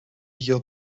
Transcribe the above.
your